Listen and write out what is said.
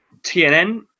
TNN